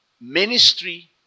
Ministry